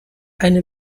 eine